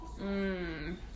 Mmm